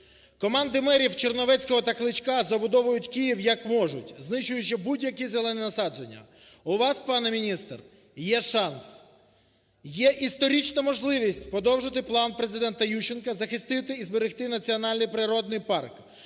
Команди мерів Черновецького та Кличка забудовують Київ як можуть, знищуючи будь-які зелені насадження. У вас, пане міністр, є шанс, є історична можливість продовжити план Президента Ющенка захистити і зберегти національний природний парк.